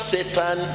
Satan